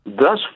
Thus